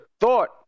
thought